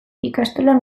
ikastolan